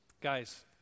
Guys